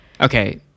Okay